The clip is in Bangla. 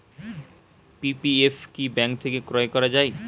পি.পি.এফ কি ব্যাংক থেকে ক্রয় করা যায়?